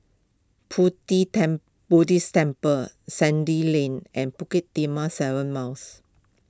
Pu Ti Buddhist Temple Sandy Lane and Bukit Timah seven Miles